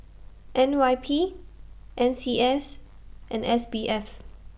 N Y P N C S and S B F